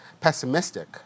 pessimistic